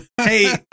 Hey